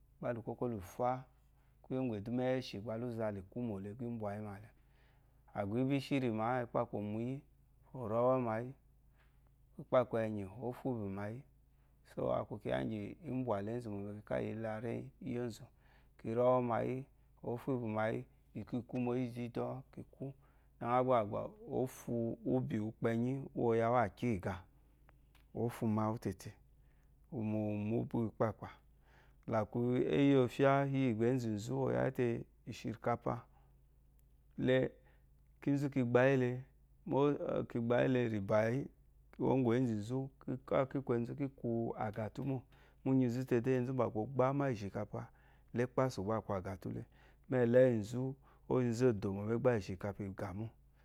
Gbá lù kókó lù fá kwúyè úŋgwù ɛ̀dúmà íyì ɛ́shì gbá lǔ za la ìkwúmò le, gbá ǐ mbwà yímà le. À gbà í bí í shírìmǎ, ikpâkpà ɔ̀ mwu yí, ò rí ɔ́wɛ́ mayí. Ikpàkpà ɛ̀nyì, ǒ fu úbyì mayí so a kwu kyiya íŋgyì ǐ mbwà la ěnzù mò, i ka la ìyilaréyi íyì énzù. Ki rí ɔ́wɛ́ mayí, ǒ fu úbyì mayí, ìkwîkwumò íyì úzhîdɔ́, kì kwú, dɛɛ ŋá gbá à gbà ǒ fu úbyì úkpɛ́nyí úwù ɔ̀ yâ wú àkyîga, ǒ fu ma wú ma yí tete múbyì úwù ikpâkpà. Gbà kì yi éyi íyì ɔfyá iyì íyì gbà ěnzu nzú ɔ̀ yâ yí te ìshìrìkapa. Le, kínzú ki gba yí ele, mó ki gba yí ele rìbà yí kwuwó ŋgwù ěnzù nzú ki kwu àgàtú mô. Múnyinzu te de enzu mbà gbà o gbámà íyì ishirikapa la ɛ́kpásù gbá a kwu àgàtú le, mó ɛ̀lɔ́yì nzú, o yi nzu ò dòmò mu ɛ́gbz íyì ishirikapa, ì gà mô.